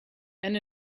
and